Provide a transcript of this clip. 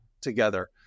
together